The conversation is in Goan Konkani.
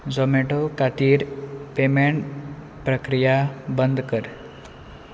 जोमॅटो खातीर पेमेंट प्रक्रिया बंद कर